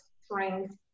strength